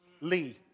Lee